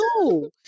no